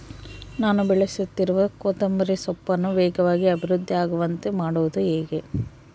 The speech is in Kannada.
ನಾನು ಬೆಳೆಸುತ್ತಿರುವ ಕೊತ್ತಂಬರಿ ಸೊಪ್ಪನ್ನು ವೇಗವಾಗಿ ಅಭಿವೃದ್ಧಿ ಆಗುವಂತೆ ಮಾಡುವುದು ಹೇಗೆ?